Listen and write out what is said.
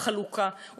בחלוקה.